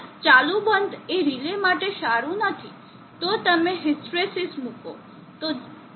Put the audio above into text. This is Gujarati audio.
આ સતત ચાલુબંધ એ રિલે માટે સારું નથી તો તમે હિસ્ટ્રેસિસ મૂકો